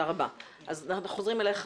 אדוני המנכ"ל, אנחנו חוזרים אליך.